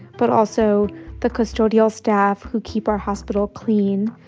but also the custodial staff who keep our hospital clean,